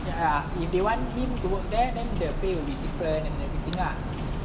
then uh if don't want him to work there then the pay will be different and everything lah